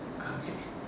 okay